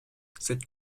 cette